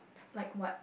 like what